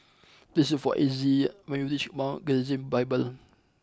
please look for Exie when you reach Mount Gerizim Bible